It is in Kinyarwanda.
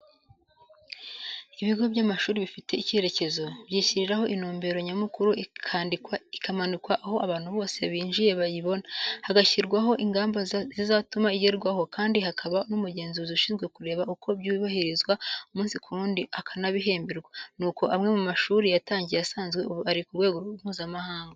Ibigo by'amashuri bifite icyerekezo, byishyiriraho intumbero nyamukuru, ikandikwa, ikamanikwa aho abantu bose binjiye bayibona, hagashyirwaho ingamba zizatuma igerwaho, kandi hakaba n'umugenzuzi ushinzwe kureba uko byubahirizwa umunsi ku wundi akanabihemberwa, nuko amwe mu mashuri yatangiye asanzwe ubu ari ku rwego Mpuzamahanga.